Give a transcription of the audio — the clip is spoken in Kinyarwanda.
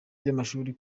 by’amashuri